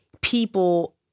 people